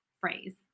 phrase